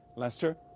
lester?